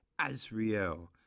Azriel